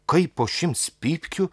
kaip po šimts pypkių